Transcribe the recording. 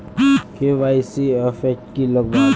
KYC format की लगावल?